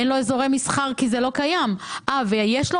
אין לו אזורי מסחר כי זה לא קיים או יש לו